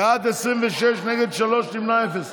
בעד, 26, נגד, שלושה, נמנעים, אפס.